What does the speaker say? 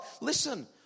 Listen